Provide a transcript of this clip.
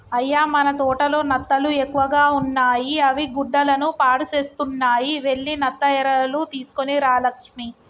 అయ్య మన తోటలో నత్తలు ఎక్కువగా ఉన్నాయి అవి గుడ్డలను పాడుసేస్తున్నాయి వెళ్లి నత్త ఎరలు తీసుకొని రా లక్ష్మి